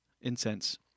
incense